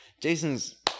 Jason's